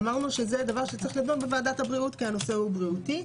אמרנו שזה צריך להידון בוועדת הבריאות כי הנושא הוא בריאותי,